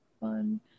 Fun